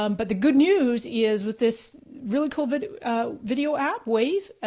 um but the good news is with this really cool video ah video app wave, ah